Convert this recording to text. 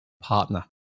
partner